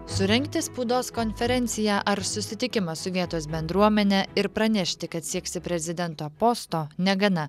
surengti spaudos konferenciją ar susitikimą su vietos bendruomene ir pranešti kad sieksi prezidento posto negana